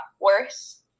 worse